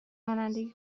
رانندگی